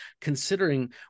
considering